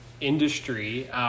industry